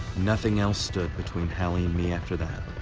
nothing else stood between hallie and me after that.